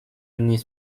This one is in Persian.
نیست